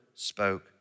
spoke